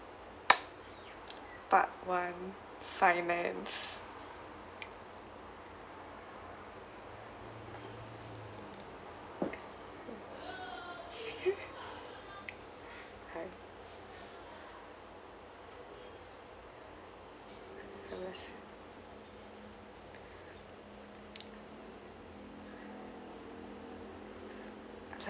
part one finance hi